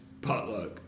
potluck